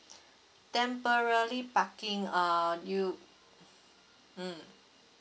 temporary parking uh you mm